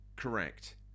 Correct